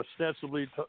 ostensibly